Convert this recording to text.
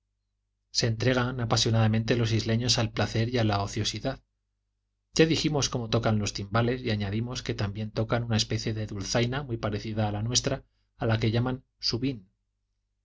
se entregan apasionadamente los isleños al placer y a la ociosidad ya dijimos cómo tocan los timbales y añadimos que también tocan una especie de dulzaina muy parecida a la nuestra y a la que llaman subin